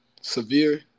severe